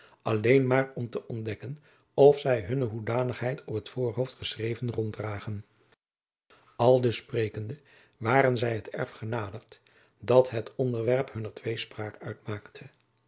alleen maar om te ontdekken of zij hunne hoedanigheid op t voorhoofd geschreven ronddragen aldus sprekende waren zij het erf genaderd dat het onderwerp hunner tweespraak uitmaakte